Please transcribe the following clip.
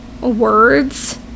words